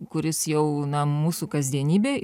kuris jau na mūsų kasdienybė